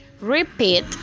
repeat